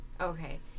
Okay